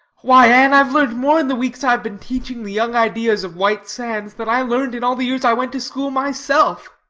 why, anne, i've learned more in the weeks i've been teaching the young ideas of white sands than i learned in all the years i went to school myself.